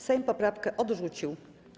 Sejm poprawkę odrzucił.